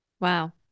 Wow